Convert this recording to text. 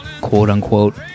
quote-unquote